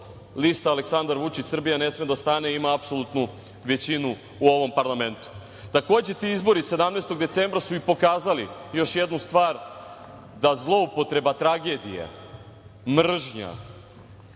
lista „Aleksandar Vučić – Srbija ne sme da stane“ ima apsolutnu većinu u ovom parlamentu. Takođe, ti izbori 17. decembra su i pokazali još jednu stvar da zloupotreba tragedija, mržnja,